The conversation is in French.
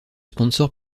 sponsor